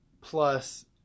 plus